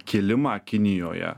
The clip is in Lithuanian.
kėlimą kinijoje